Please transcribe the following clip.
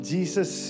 Jesus